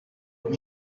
uko